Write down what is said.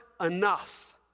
enough